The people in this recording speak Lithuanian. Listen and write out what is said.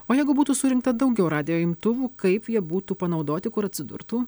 o jeigu būtų surinkta daugiau radijo imtuvų kaip jie būtų panaudoti kur atsidurtų